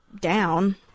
down